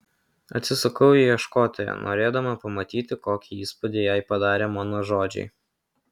atsisukau į ieškotoją norėdama pamatyti kokį įspūdį jai padarė mano žodžiai